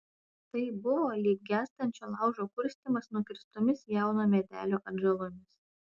tai buvo lyg gęstančio laužo kurstymas nukirstomis jauno medelio atžalomis